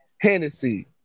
Hennessy